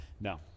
No